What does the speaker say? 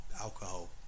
alcohol